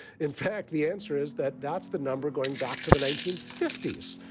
in fact, the answer is that that's the number going back to the nineteen fifty s.